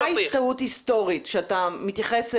אותה טעות היסטורית שאתם מתייחסים